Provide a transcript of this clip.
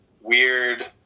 weird